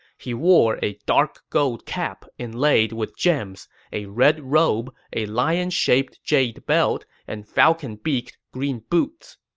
he wore a dark gold cap inlaid with gems, a red robe, a lion-shaped jade belt, and falcon-beaked green boots.